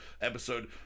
episode